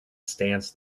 stands